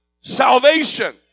salvation